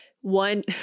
one